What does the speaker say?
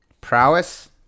prowess